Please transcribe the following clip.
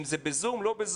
אם זה ב-זום או לא ב-זום.